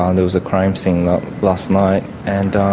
um there was a crime scene last night. and